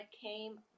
came